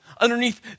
underneath